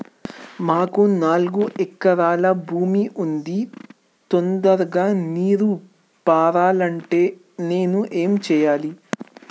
మాకు నాలుగు ఎకరాల భూమి ఉంది, తొందరగా నీరు పారాలంటే నేను ఏం చెయ్యాలే?